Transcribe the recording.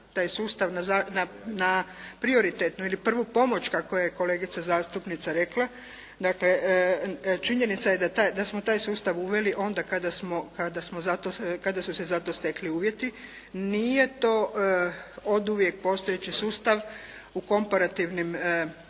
taj sustav, na prioritetnu ili prvu pomoć kako je kolegica zastupnica rekla, dakle činjenica je da smo taj sustav uveli onda kada su se za to stekli uvjeti. Nije to oduvijek postojeći sustav u komparativnim